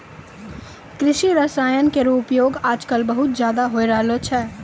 कृषि रसायन केरो उपयोग आजकल बहुत ज़्यादा होय रहलो छै